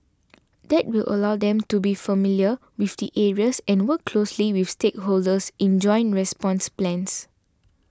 that will allow them to be familiar with the areas and work closely with stakeholders in joint response plans